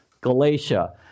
Galatia